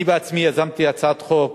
אני בעצמי יזמתי הצעת חוק